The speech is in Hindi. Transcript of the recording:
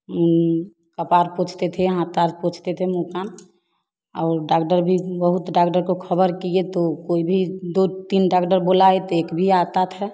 उम्म कपार पोछते थे हाथ आर पोछते थे मु कान और डागडर भी बहुत डागडर को खबर किए तो कोय भी दो तीन डागडर बोलाए तो एक भी आता थे